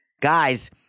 Guys